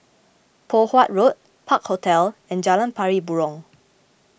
Poh Huat Road Park Hotel and Jalan Pari Burong